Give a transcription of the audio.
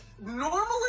normally